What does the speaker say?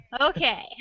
Okay